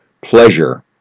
pleasure